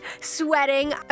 sweating